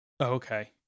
Okay